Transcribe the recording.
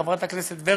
חברת הכנסת ורבין,